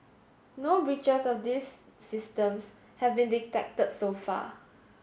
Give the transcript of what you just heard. no breaches of these systems have been detected so far